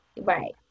right